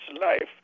life